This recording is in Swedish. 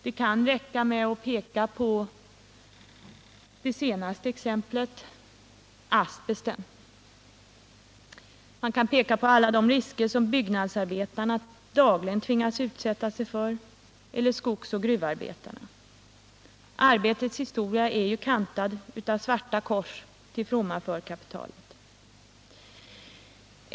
Det kan räcka med att peka på det senaste exemplet, asbesten, alla de risker byggnadsarbetarna dagligen tvingas utsätta sig för, eller riskerna för skogsoch gruvarbetarna. Arbetets historia är kantad av svarta kors till fromma för kapitalet.